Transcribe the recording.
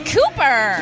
Cooper